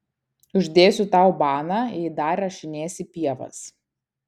uždėsiu tau baną jei dar rašinėsi pievas